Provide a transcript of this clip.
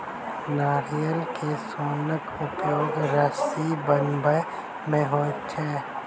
नारियल के सोनक उपयोग रस्सी बनबय मे होइत छै